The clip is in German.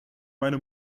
meine